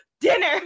dinner